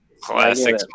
Classic